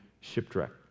shipwrecked